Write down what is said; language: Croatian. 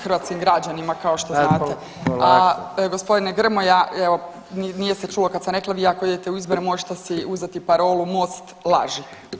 hrvatskim građanima kao što znate, a gospodine Grmoja evo nije se čulo kad sam rekla vi ako idete u izbore možete si uzeti parolu MOST laže.